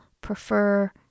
prefer